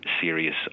serious